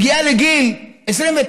מגיעה לגיל 29,